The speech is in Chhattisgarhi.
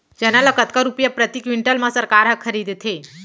चना ल कतका रुपिया प्रति क्विंटल म सरकार ह खरीदथे?